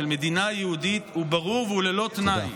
של מדינה יהודית הוא ברור והוא ללא תנאי.